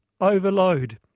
overload